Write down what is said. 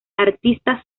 artista